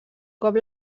cop